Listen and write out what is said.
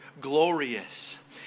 glorious